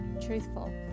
truthful